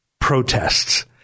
protests